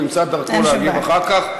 הוא ימצא את דרכו להגיב אחר כך.